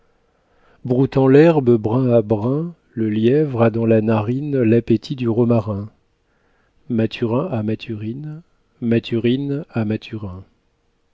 broutant l'herbe brin à brin le lièvre a dans la narine l'appétit du romarin mathurin a mathurine mathurine a mathurin